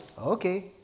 Okay